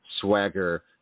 swagger